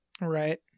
Right